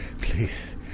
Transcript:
Please